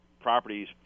properties